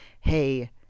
hey